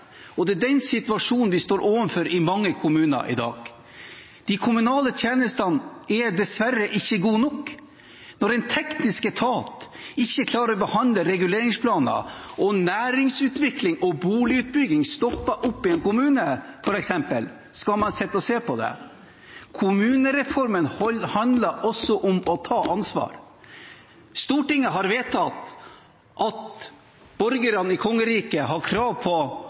og det er den situasjonen mange kommuner står overfor i dag: De kommunale tjenestene er dessverre ikke gode nok. Når en teknisk etat ikke klarer å behandle reguleringsplaner, og næringsutvikling og boligutbygging i en kommune stopper opp, f.eks., – skal man sitte og se på det? Kommunereformen handler også om å ta ansvar. Stortinget har vedtatt at borgerne i kongeriket har krav på